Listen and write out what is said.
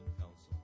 counsel